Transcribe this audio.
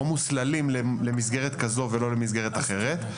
או מוסללים למסגרת כזו ולא למסגרת אחרת.